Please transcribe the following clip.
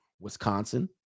Wisconsin